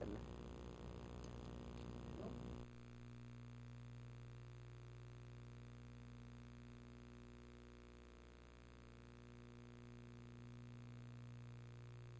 them